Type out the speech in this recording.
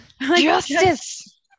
justice